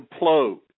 implode